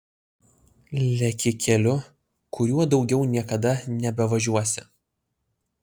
leki keliu kuriuo daugiau niekada nebevažiuosi